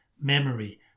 memory